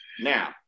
Now